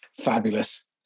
Fabulous